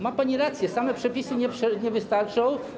Ma pani rację, same przepisy nie wystarczą.